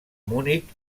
munic